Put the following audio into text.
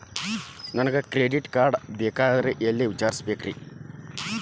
ನನಗೆ credit card ಬೇಕಾಗಿತ್ರಿ ಎಲ್ಲಿ ವಿಚಾರಿಸಬೇಕ್ರಿ?